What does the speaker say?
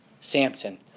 Samson